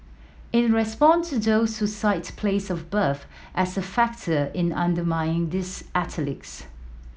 in response to those who cite place of birth as a factor in undermining these athletes